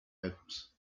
acts